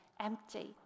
empty